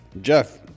Jeff